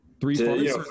Three